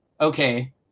okay